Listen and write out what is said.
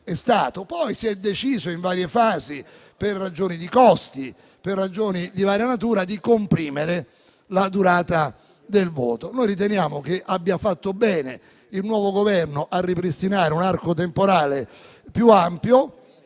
Poi si è deciso, in varie fasi, per ragioni di costi e di varia natura, di comprimere la durata del voto. Riteniamo che abbia fatto bene il nuovo Governo a ripristinare un arco temporale più ampio.